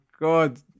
God